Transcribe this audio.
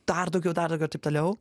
dar daugiau dar daugiau ir taip toliau